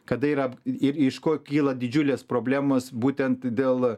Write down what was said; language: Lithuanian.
kada yra ir iš ko kyla didžiulės problemos būtent dėl